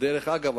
דרך אגב,